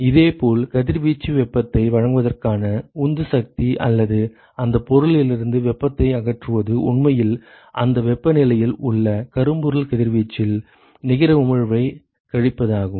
இதேபோல் கதிர்வீச்சுக்கு வெப்பத்தை வழங்குவதற்கான உந்து சக்தி அல்லது அந்த பொருளிலிருந்து வெப்பத்தை அகற்றுவது உண்மையில் அந்த வெப்பநிலையில் உள்ள கரும்பொருள் கதிர்வீச்சில் நிகர உமிழ்வைக் கழிப்பதாகும்